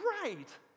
great